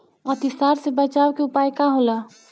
अतिसार से बचाव के उपाय का होला?